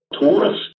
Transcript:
Taurus